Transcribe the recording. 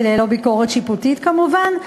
ללא ביקורת שיפוטית כמובן,